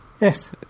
Yes